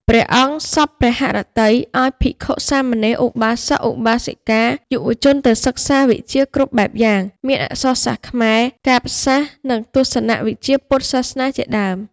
ព្រះអង្គសព្វព្រះហឫទ័យ ឱ្យភិក្ខុសាមណេរ ឧបាសក ឧបាសិកា យុវជនទៅសិក្សាវិជ្ជាគ្រប់បែបយ៉ាង មានអក្សរសាស្ត្រខ្មែរ កាព្យសាស្ត្រ និងទស្សនវិជ្ជាពុទ្ធសាសនា ជាដើម។